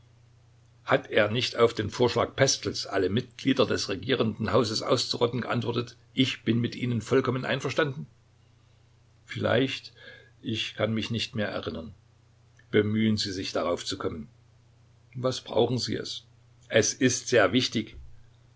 hat er nicht auf den vorschlag pestels alle mitglieder des regierenden hauses auszurotten geantwortet ich bin mit ihnen vollkommen einverstanden vielleicht ich kann mich nicht mehr erinnern bemühen sie sich darauf zu kommen was brauchen sie es es ist sehr wichtig